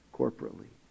corporately